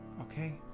okay